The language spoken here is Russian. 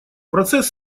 процесс